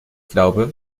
glaube